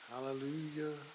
Hallelujah